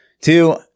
Two